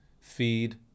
Feed